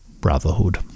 brotherhood